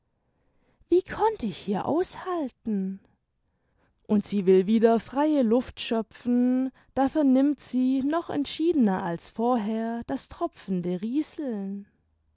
wie konnt ich hier aushalten und sie will wieder freie luft schöpfen da vernimmt sie noch entschiedener als vorher das tropfende rieseln